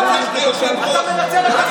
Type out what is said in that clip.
מותר לי, כיושב-ראש,